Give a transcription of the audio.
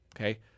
okay